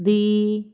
ਦੀ